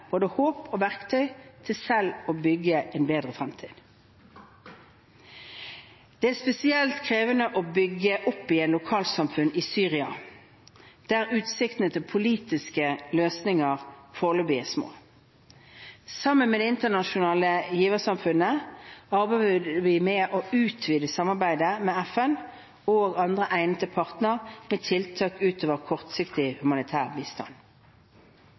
både håp og verktøy til selv å bygge en bedre fremtid. Det er spesielt krevende å bygge opp igjen lokalsamfunn i Syria, der utsiktene til politiske løsninger foreløpig er små. Sammen med det internasjonale giversamfunnet arbeider vi med å utvide samarbeidet med FN og andre egnede partnere med tiltak utover kortsiktig humanitær bistand.